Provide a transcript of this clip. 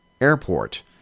Airport